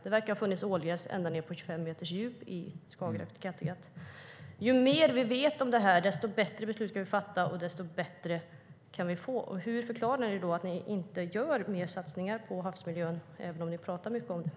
Det verkar ha funnits ålgräs ända ned på 25 meters djup i Skagerrak och Kattegatt.